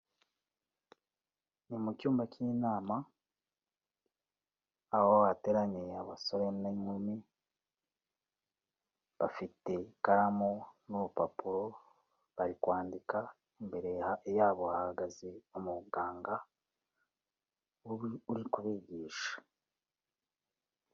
Ni mu cyumba cy'inama, aho hateranyeye abasore n'inkumi, bafite ikaramu n'urupapuro bari kwandika, imbere yabo hahagaze umuganga ubu uri kubigisha.